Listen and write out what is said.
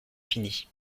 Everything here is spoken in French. fini